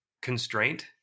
constraint